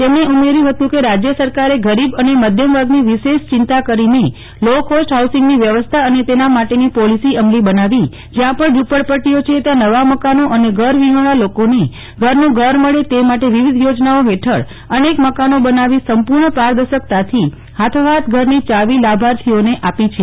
તેમણે ઉમેર્યુ હતું કે રાજય સરકારે ગ્દીબ અને મધ્યમવર્ગની વિશેષ ચિંતા કરીને લો કોસ્ટ હાઉસિંગની વ્યવસ્થા અને તેના માટેની પોલીસી અમલી બનાવીજયા પણ ઝુપડપદ્દીઓ છે ત્યાં નવા મકાનો અને ઘર વિહોણા લોકોને ઘરનું ઘર મળે તે માટે વિવિધ યોજનાઓ હેઠળ અનેક મકાનો બનાવી સંપુર્ણ પારદર્શકતાથી હાથોહાથ ઘરની ચાવી લાભાર્થીઓને આપી છે